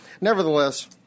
nevertheless